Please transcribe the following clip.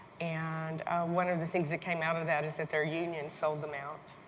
and one of the things that came out of that is that their union sold them out.